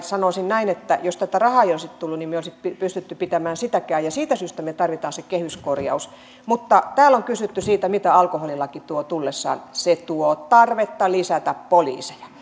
sanoisin näin että jos tätä rahaa ei olisi tullut niin me emme olisi pystyneet pitämään sitäkään ja siitä syystä tarvitaan se kehyskorjaus täällä on kysytty siitä mitä alkoholilaki tuo tullessaan se tuo tarvetta lisätä poliiseja